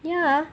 ya